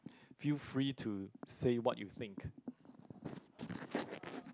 feel free to say what you think